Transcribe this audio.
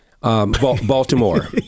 Baltimore